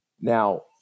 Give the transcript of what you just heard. Now